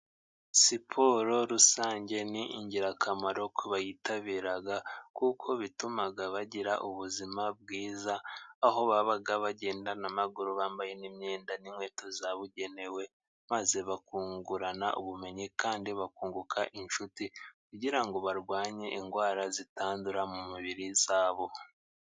Siporo rusange ni ingirakamaro ku bayitabira kuko bituma bagira ubuzima bwiza ,aho baba bagenda n'amaguru bambaye imyenda n'inkweto zabugenewe ,maze bakungurana ubumenyi kandi bakunguka inshuti kugira ngo barwanye indwara zitandura mu mibiri yabo